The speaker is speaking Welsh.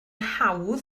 hawdd